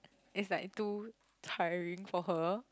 it's like too tiring for her